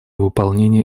выполнения